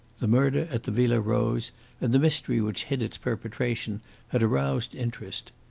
the murder at the villa rose and the mystery which hid its perpetration had aroused interest.